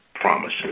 promises